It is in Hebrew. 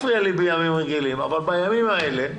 אבל בימים האלה,